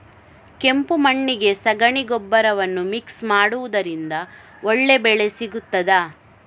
ಕೆಂಪು ಮಣ್ಣಿಗೆ ಸಗಣಿ ಗೊಬ್ಬರವನ್ನು ಮಿಕ್ಸ್ ಮಾಡುವುದರಿಂದ ಒಳ್ಳೆ ಬೆಳೆ ಸಿಗುತ್ತದಾ?